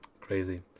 crazy